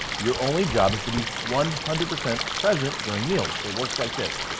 your only job is to be one hundred percent present during meals. it works like this,